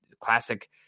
classic